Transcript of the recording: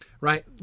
Right